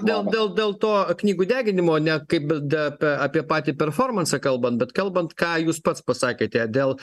dėl dėl dėl to knygų deginimo ne kaip da pa apie patį performansą kalbant bet kalbant ką jūs pats pasakėte dėl